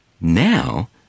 Now